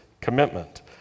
commitment